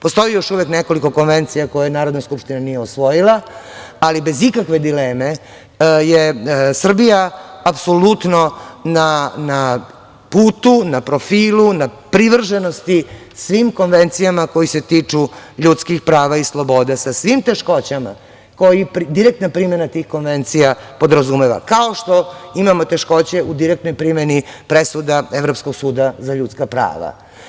Postoji još uvek nekoliko konvencija koje Narodna skupština nije usvojila, ali bez ikakve dileme je Srbija apsolutno na putu, profilu, na privrženosti svim konvencijama koje se tiču ljudskih prava i sloboda, sa svim teškoćama koje direktna primena tih konvencija podrazumeva, kao što imamo teškoće u direktnoj primeni presuda Evropskog suda za ljudska prava.